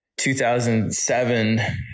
2007